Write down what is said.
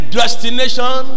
destination